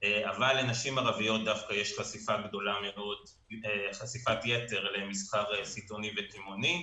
אבל לנשים ערביות יש חשיפת יתר למסחר סיטונאי וקמעונאי.